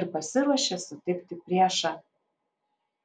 ir pasiruošė sutikti priešą